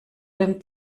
dem